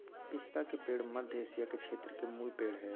पिस्ता के पेड़ मध्य एशिया के क्षेत्र के मूल पेड़ हइ